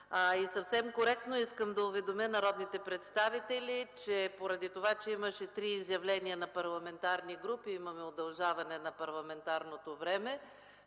Съвсем коректно искам да уведомя народните представители, поради това че имаше три изявления на парламентарни групи имаме удължаване на парламентарното време